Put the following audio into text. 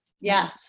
Yes